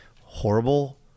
horrible